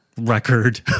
record